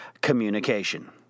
communication